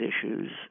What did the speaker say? issues